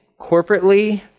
corporately